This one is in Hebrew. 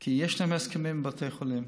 כי יש להם הסכמים עם בתי החולים.